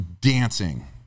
dancing